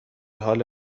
حال